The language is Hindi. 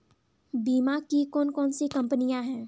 बीमा की कौन कौन सी कंपनियाँ हैं?